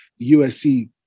USC